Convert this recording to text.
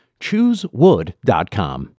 Choosewood.com